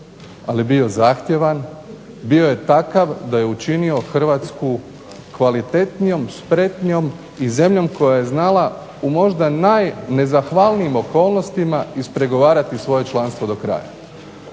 ali je bio zahtjevan, bio je takav da je učinio Hrvatsku kvalitetnijom, spretnijom i zemljom koja je znala u možda najnezahvalnijim okolnostima ispregovarati svoje članstvo do kraja.